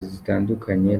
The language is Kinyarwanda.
zitandukanye